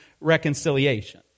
reconciliation